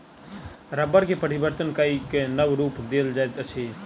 रबड़ के परिवर्तन कय के नब रूप देल जाइत अछि